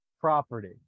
property